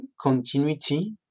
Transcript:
continuity